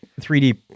3D